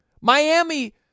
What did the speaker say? Miami